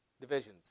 Divisions